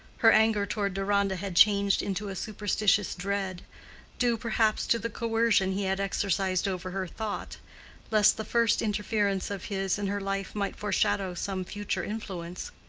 her anger toward deronda had changed into a superstitious dread due, perhaps, to the coercion he had exercised over her thought lest the first interference of his in her life might foreshadow some future influence.